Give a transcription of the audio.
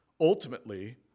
ultimately